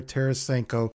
Tarasenko